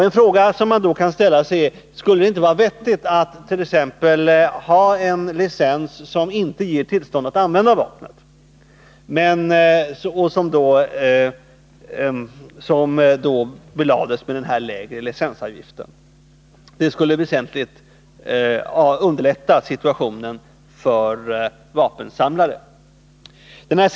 En fråga som man då kan ställa är: Skulle det inte vara vettigt att ha en licens som inte ger tillstånd att använda vapnet, vilket därför belades med den lägre licensavgiften? Det skulle väsentligt underlätta situationen för vapensamlare.